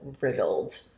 riddled